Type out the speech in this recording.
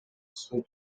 суу